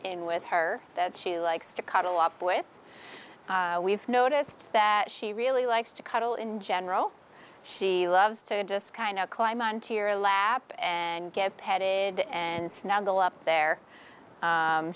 in with her that she likes to cuddle up with we've noticed that she really likes to cuddle in general she loves to just kind of climb onto your lap and get petted and snuggle up there